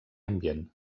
ambient